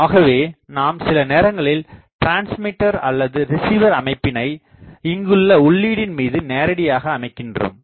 ஆகவே நாம் சில நேரங்களில் டிரான்ஸ்மீட்டர் அல்லது ரிசிவர் அமைப்பினை இங்குள்ள உள்ளீடின் மீது நேரடியாக அமைக்கின்றோம்